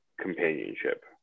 companionship